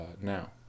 now